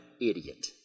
idiot